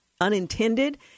Unintended